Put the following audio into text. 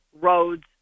roads